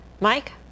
mike